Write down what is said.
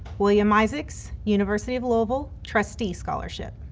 william isaacs, university of louisville, trustees scholarship.